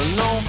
no